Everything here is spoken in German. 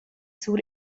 zur